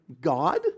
God